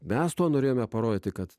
mes tuo norėjome parodyti kad